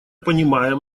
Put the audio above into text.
понимаем